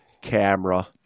camera